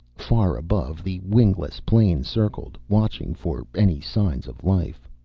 far above, the wingless plane circled, watching for any signs of life.